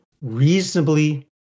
reasonably